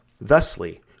Thusly